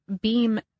beam